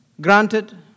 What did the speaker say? Granted